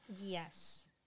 Yes